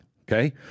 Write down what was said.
okay